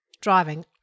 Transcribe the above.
driving